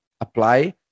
apply